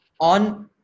on